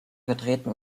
vertreten